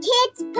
Kids